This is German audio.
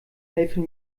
helfen